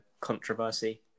controversy